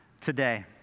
today